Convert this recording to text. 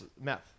Meth